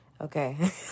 Okay